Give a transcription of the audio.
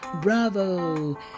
Bravo